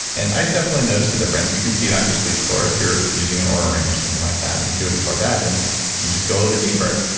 and i definitely notice a difference. you can see it on your sleep score, if you're using an oura ring or something like that and you do it before bed and you just go a little bit deeper,